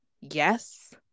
yes